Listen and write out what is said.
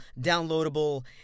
downloadable